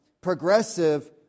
progressive